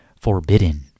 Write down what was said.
forbidden